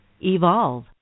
Evolve